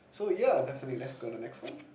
so ya definitely let's go on next one